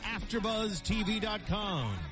AfterBuzzTV.com